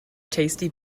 tasty